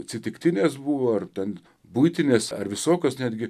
atsitiktinės buvo ar ten buitinės ar visokios netgi